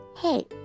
hey